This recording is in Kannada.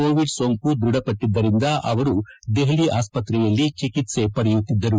ಕೋವಿಡ್ ಸೋಂಕು ದ್ವಢಪಟ್ಟದ್ದರಿಂದ ಅವರು ದೆಹಲಿ ಆಸ್ಸತ್ರೆಯಲ್ಲಿ ಚಿಕಿತ್ಸೆ ಪಡೆಯುತ್ತಿದ್ದರು